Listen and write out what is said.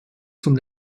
zum